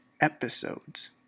episodes